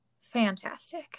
fantastic